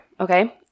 Okay